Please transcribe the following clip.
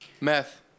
Meth